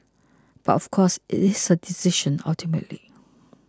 but of course it is her decision ultimately